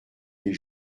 des